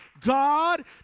God